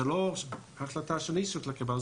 זאת החלטה שלא אני צריך לקבל,